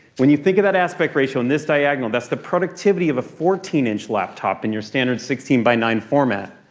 when you think about aspect ratio and this diagonal, that's the productivity of a fourteen inch laptop and your standard sixteen by nine format.